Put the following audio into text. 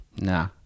nah